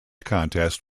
contest